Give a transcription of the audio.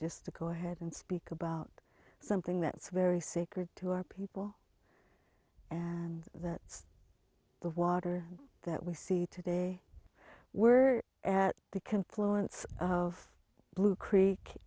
just to go ahead and speak about something that's very sacred to our people and that the water that we see today were at the compliance of blue creek